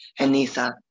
Anissa